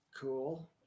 cool